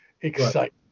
exciting